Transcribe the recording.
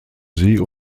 sie